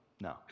No